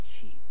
cheap